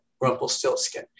Rumpelstiltskin